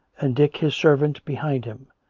and dick his servant behind him.